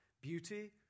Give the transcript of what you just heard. beauty